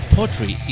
Poetry